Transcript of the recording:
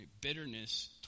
Bitterness